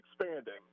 expanding